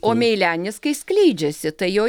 o meilenis kai skleidžiasi tai jo